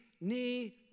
knee